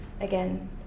again